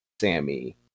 Sammy